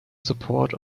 support